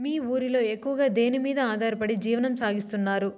మీ ఊరిలో ఎక్కువగా దేనిమీద ఆధారపడి జీవనం సాగిస్తున్నారు?